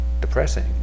depressing